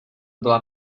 byla